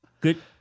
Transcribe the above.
Good